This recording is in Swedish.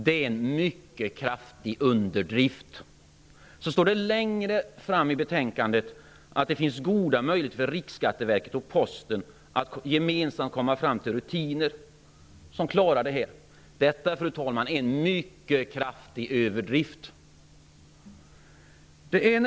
Det är en mycket kraftig underdrift. Längre fram i betänkandet står det att det finns goda möjligheter för Riksskatteverket och Posten att gemensamt komma fram till rutiner som klarar detta. Detta, fru talman, är en mycket kraftig överdrift.